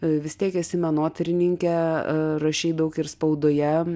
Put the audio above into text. vis tiek esi menotyrininkė rašei daug ir spaudoje